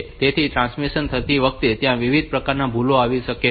તેથી ટ્રાન્સમિશન થતી વખતે ત્યાં વિવિધ પ્રકારની ભૂલો આવી શકે છે